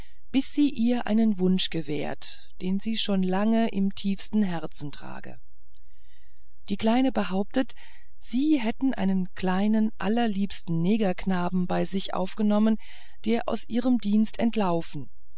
bis sie ihr einen wunsch gewährt den sie schon lange im tiefsten herzen trage die kleine behauptet sie hätten einen kleinen allerliebsten negerknaben bei sich aufgenommen der aus ihrem dienste entlaufen